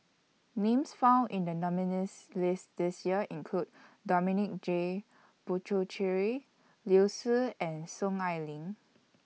Names found in The nominees' list This Year include Dominic J Puthucheary Liu Si and Soon Ai Ling